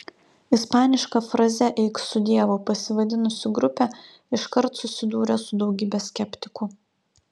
ispaniška fraze eik su dievu pasivadinusi grupė iškart susidūrė su daugybe skeptikų